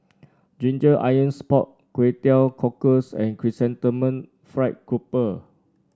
Ginger Onions Pork Kway Teow Cockles and Chrysanthemum Fried Grouper